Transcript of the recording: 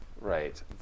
right